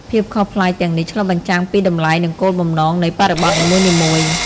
ភាពខុសប្លែកទាំងនេះឆ្លុះបញ្ចាំងពីតម្លៃនិងគោលបំណងនៃបរិបទនីមួយៗ។